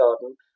garden